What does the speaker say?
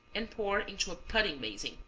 and pour into a pudding basin.